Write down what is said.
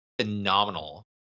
phenomenal